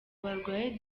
barwaye